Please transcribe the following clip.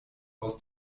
aus